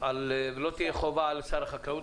ולא תהיה חובה על שר החקלאות.